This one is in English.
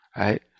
right